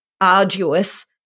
arduous